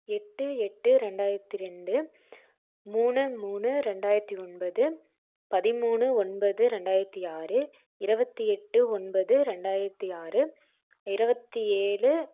எட்டு எட்டு ரெண்டாயிரத்தி ரெண்டு மூணு மூணு ரெண்டாயிரத்தி ஒன்பது பதிமூணு ஒன்பது ரெண்டாயிரத்தி ஆறு இருவத்தி எட்டு ஒன்பது ரெண்டாயிரத்தி ஆறு இருவத்தி ஏழு